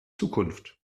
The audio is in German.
zukunft